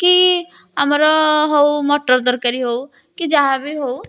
କି ଆମର ହେଉ ମଟର୍ ତରକାରୀ ହେଉ କି ଯାହା ବି ହେଉ